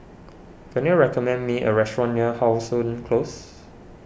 can you recommend me a restaurant near How Sun Close